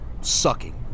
sucking